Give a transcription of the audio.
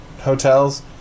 hotels